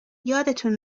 یادتون